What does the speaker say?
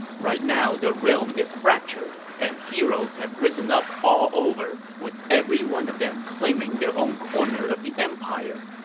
right now the realm is fractured and heroes have risen up all over, with every one of them claiming their own corner of the empire.